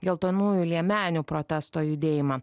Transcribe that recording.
geltonųjų liemenių protesto judėjimą